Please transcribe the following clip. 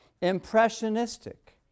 impressionistic